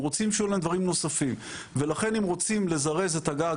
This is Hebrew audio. רוצים שיהיה להם דברים נוספים ולכן אם רוצים לזרז את ההגעה,